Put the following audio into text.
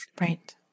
Right